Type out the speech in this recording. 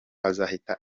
azahita